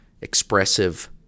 expressive